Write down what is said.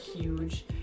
huge